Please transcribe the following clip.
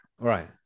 Right